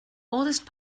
oldest